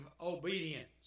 Obedience